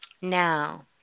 Now